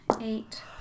eight